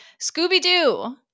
Scooby-Doo